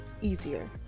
easier